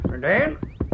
Dan